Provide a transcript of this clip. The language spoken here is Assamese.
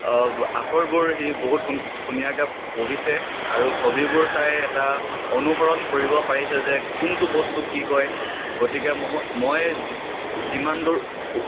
আখৰবোৰ সি বহুত ধুনীয়াকৈ পঢ়িছে আৰু ছবিবোৰ চাই এটা অনুসৰণ কৰিব পাৰিছে যে কোনটো বস্তুক কি কয় গতিকে ম মই যি যিমান দূৰ